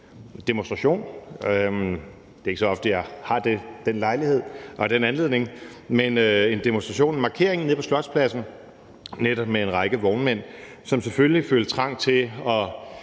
demonstration – det er ikke så ofte, jeg har den lejlighed og den anledning – altså netop markeringen hernede på Slotspladsen med en række vognmænd, som selvfølgelig følte trang til at